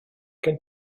gen